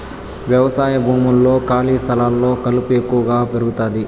వ్యవసాయ భూముల్లో, ఖాళీ స్థలాల్లో కలుపు ఎక్కువగా పెరుగుతాది